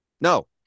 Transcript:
No